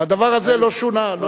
והדבר הזה לא שונה.